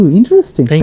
interesting